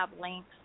links